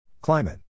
Climate